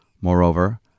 Moreover